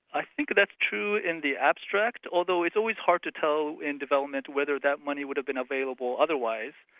i think that's true in the abstract, although it's always hard to tell in development whether that money would have been available otherwise.